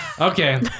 Okay